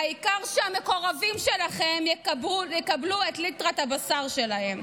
העיקר שהמקורבים שלכם יקבלו את ליטרת הבשר שלכם.